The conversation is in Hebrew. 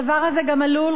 הדבר הזה גם עלול,